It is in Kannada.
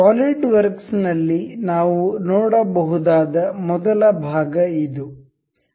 ಸಾಲಿಡ್ವರ್ಕ್ಸ್ ನಲ್ಲಿ ನಾವು ನೋಡಬಹುದಾದ ಮೊದಲ ಭಾಗ ಇದು